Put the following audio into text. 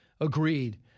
agreed